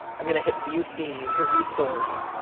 i'm gonna hit view theme, or view source.